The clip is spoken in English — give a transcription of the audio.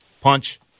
punch